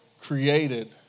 created